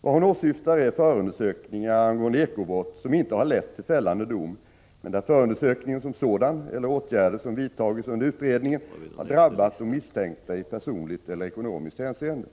Vad hon åsyftar är förundersökningar angående eko-brott som inte har lett till fällande dom men där förundersökningen som sådan eller åtgärder som vidtagits under utredningen har drabbat de misstänkta i personligt eller ekonomiskt hänseende.